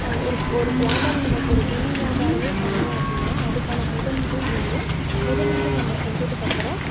ஒரு ஒரு வியாபாரம் நம்ம துணி வியாபாரம் பண்ணோம் அப்படினா அதுக்கான முதலீடும் வேணும் முதலீடு நம்ம செஞ்சதுக்கு அப்புறம்